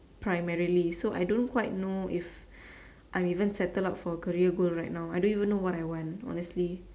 primarily so I don't quite know if I am even settle up for career goal right now I don't even know what I want honestly